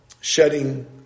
shedding